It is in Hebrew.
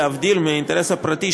להבדיל מהאינטרס הפרטי,